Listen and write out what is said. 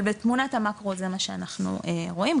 אבל בתמונת המאקרו זה מה שאנחנו רואים,